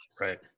Right